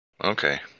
Okay